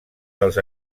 dels